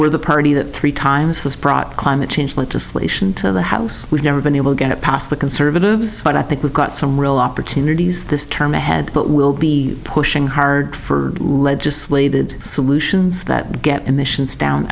we're the party that three times this product climate change legislation to the house we've never been able to get past the conservatives but i think we've got some real opportunities this term ahead but we'll be pushing hard for legislated solutions that get emissions down